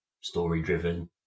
story-driven